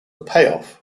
payoff